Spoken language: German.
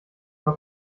war